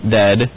dead